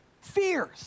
Fears